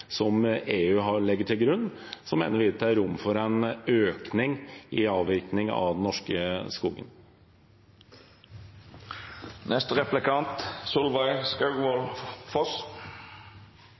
som EU legger til grunn, mener vi at det er rom for en økning i avvirkningen av norske